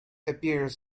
appears